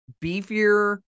beefier